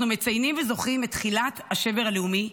אנחנו מציינים וזוכרים את תחילת השבר הלאומי,